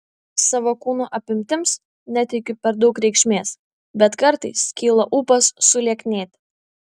savo kūno apimtims neteikiu per daug reikšmės bet kartais kyla ūpas sulieknėti